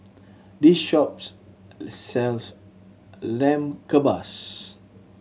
this shop sells Lamb Kebabs